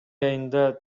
айында